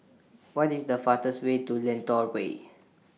What IS The fastest Way to Lentor Way